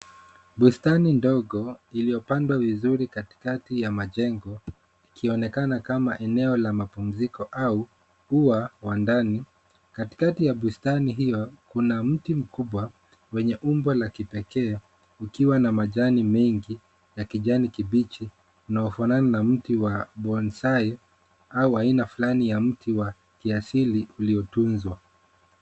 Bustani ndogo iliyopandwa vizuri katikati ya majengo ikionekana kama eneo la mapumziko au ua wa ndani. Katikati ya bustani hio kuna mti mkubwa wenye umbo wa kipekee ukiwa na majani mengi ya kijani kibichi unaofanana na mti wa Bonsai au aina fulani ya mti wa kiasili uliotunzwa.